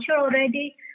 already